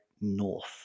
north